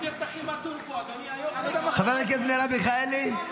חברת הכנסת מרב מיכאלי,